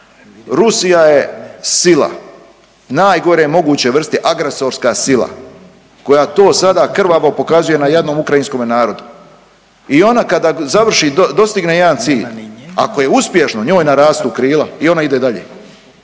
Rusija je sila najgore moguće vrste, agresorska sila koja to sada krvavo pokazuje na jadnom ukrajinskome narodu i ona kada završi, dostigne jedan cilj, ako je uspješno, njoj narastu krila i ona ide dalje.